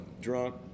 drunk